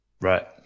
Right